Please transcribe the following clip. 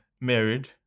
married